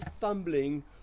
fumbling